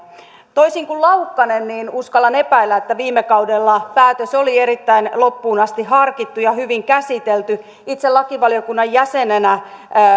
toisin kuin laukkanen uskallan epäillä että viime kaudella päätös oli erittäin loppuun asti harkittu ja hyvin käsitelty itse lakivaliokunnan jäsenenä